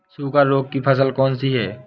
सूखा रोग की फसल कौन सी है?